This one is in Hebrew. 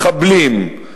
מחבלים,